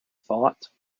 thought